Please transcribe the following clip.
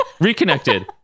reconnected